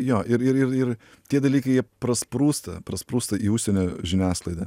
jo ir ir ir ir tie dalykai jie prasprūsta prasprūsta į užsienio žiniasklaidą